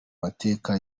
mateka